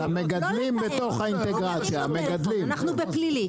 לא לתאם, מדברים בטלפון, אנחנו בעולם פלילי.